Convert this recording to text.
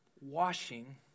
washing